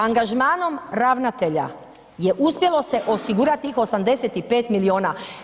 Angažmanom ravnatelja je uspjelo se osigurati tih 85 milijuna.